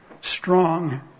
strong